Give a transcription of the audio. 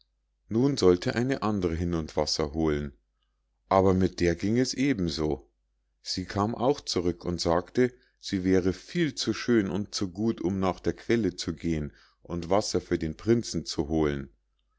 nun sollte eine andre hin und wasser holen aber mit der ging es eben so sie kam auch zurück und sagte sie wäre viel zu schön und zu gut um nach der quelle zu gehen und wasser für den prinzen zu holen